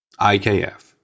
IKF